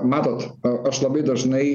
matot aš labai dažnai